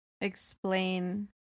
explain